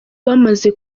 bamaze